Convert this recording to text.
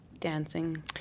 Dancing